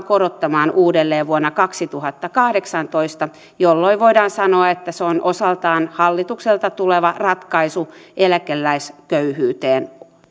korottamaan uudelleen vuonna kaksituhattakahdeksantoista jolloin voidaan sanoa että se on osaltansa hallitukselta tuleva ratkaisu eläkeläisköyhyyteen